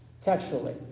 textually